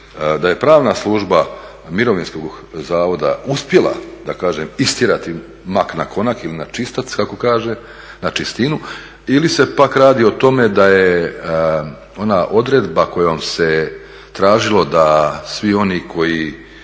Da je Pravna služba Mirovinskog zavoda uspjela istjerati mak na konak ili na čistac kako kaže, na čistinu ili se pak radi o tome da je ona odredba kojom se tražilo da svi oni koji